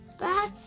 back